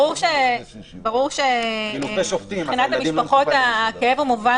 ברור שמבחינת המשפחות הכאב הוא מובן